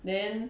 then